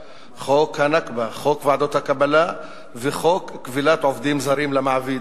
6. חוק ה"נכבה"; חוק ועדות הקבלה וחוק כבילת עובדים זרים למעביד.